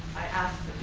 i asked